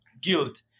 Guilt